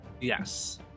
Yes